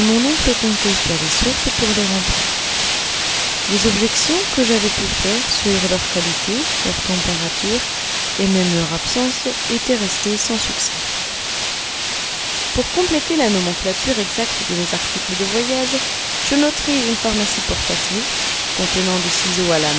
mon oncle comptait sur les sources pour les remplir les objections que j'avais pu faire sur leur qualité leur température et même leur absence étaient restées sans succès pour compléter la nomenclature exacte de nos articles de voyage je noterai une pharmacie portative contenant des ciseaux